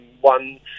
one